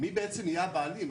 מי בעצם יהיה הבעלים?